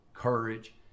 courage